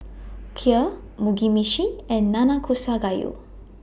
Kheer Mugi Meshi and Nanakusa Gayu